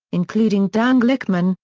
including dan glickman,